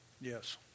Yes